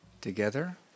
together